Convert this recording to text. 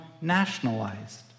nationalized